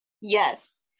Yes